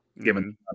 given